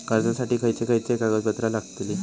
कर्जासाठी खयचे खयचे कागदपत्रा लागतली?